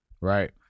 Right